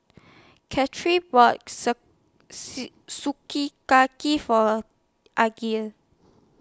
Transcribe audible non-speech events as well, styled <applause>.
Cathey bought <unintelligible> Sukiyaki For <unintelligible>